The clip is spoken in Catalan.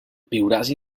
viuràs